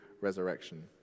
resurrection